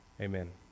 amen